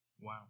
Wow